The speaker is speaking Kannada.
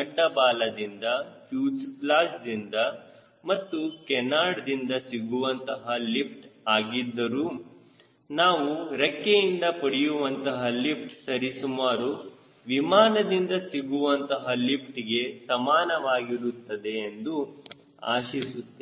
ಅಡ್ಡ ಬಾಲದಿಂದ ಫ್ಯೂಸೆಲಾಜ್ದಿಂದ ಮತ್ತು ಕೇನಾರ್ಡ್ದಿಂದ ಸಿಗುವಂತಹ ಲಿಫ್ಟ್ ಆಗಿದ್ದರು ನಾವು ರೆಕ್ಕೆಯಿಂದ ಪಡೆಯುವಂತಹ ಲಿಫ್ಟ್ ಸರಿಸುಮಾರು ವಿಮಾನದಿಂದ ಸಿಗುವಂತಹ ಲಿಫ್ಟ್ಗೆ ಸಮಾನವಾಗಿರುತ್ತದೆ ಎಂದು ಆಶಿಸುತ್ತೇವೆ